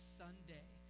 sunday